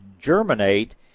germinate